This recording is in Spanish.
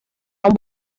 han